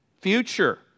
future